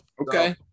Okay